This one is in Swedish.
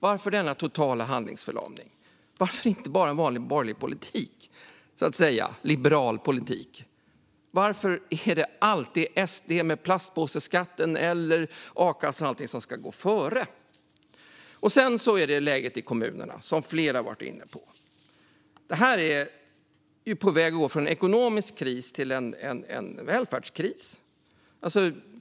Varför denna totala handlingsförlamning? Varför inte bara vanlig, borgerlig politik - liberal politik? Varför är det alltid SD med plastpåseskatten eller a-kassan och så vidare som ska gå före? Flera har varit inne på läget i kommunerna. Det är på väg att gå från en ekonomisk kris till en välfärdskris.